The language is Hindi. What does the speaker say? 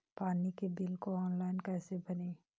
पानी के बिल को ऑनलाइन कैसे भरें?